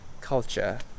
culture